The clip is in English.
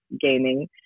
Gaming